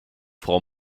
frau